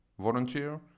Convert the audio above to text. Volunteer